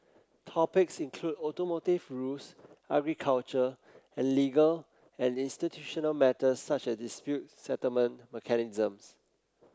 topics include automotive rules agriculture and legal and institutional matters such as dispute settlement mechanisms